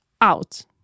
out